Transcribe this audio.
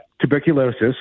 tuberculosis